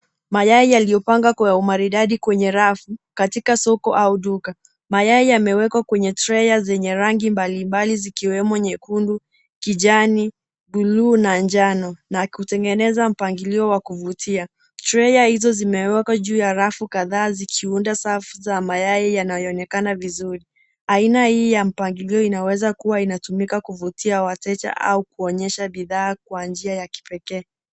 Mayai yaliyopangwa kwa umaridadi kwenye rafu katika soko au duka. Mayai yamewekwa kwenye trei zenye rangi mbalimbali zikiwemo nyekundu, kijani, buluu na njano na kutengeneza mpangilio wa kuvutia. Trei hizo zimewekwa juu ya rafu kadhaa zikiunda safu za mayai yanayoonekana vizuri. Aina hii ya mpangilio inaweza kuwa inatumika kuvutia wateja au kuonyesha bidhaa kwa njia ya kipekee.